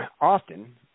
often